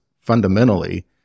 fundamentally